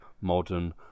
modern